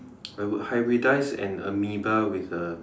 I would hybridize an Amoeba with a